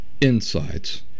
insights